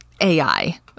AI